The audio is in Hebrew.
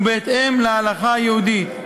ובהתאם להלכה היהודית,